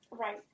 right